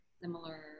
similar